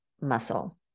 muscle